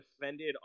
defended